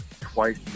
twice